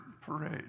parade